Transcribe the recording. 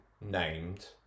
named